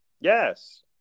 Yes